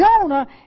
Jonah